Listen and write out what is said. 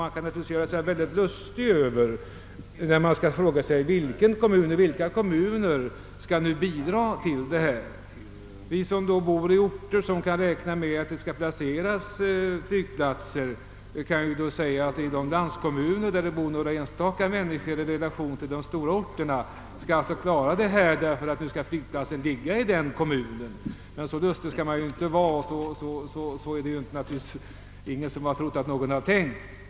Man kan naturligtvis göra sig mycket lustig i detta sammanhang och fråga sig vilka kommuner som skall bidra. Vi som bor på orter intill vilka flygplats skall förläggas kan då säga att de landskommuner där det bara bor några få människor ändå skall lösa uppgiften eftersom flygplatsen skall ligga just där. Så har naturligtvis ingen trott att det varit menat.